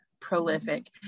prolific